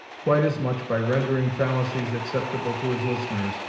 quite as much by rendering fallacies acceptable to his listeners,